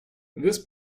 this